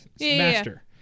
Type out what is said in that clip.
master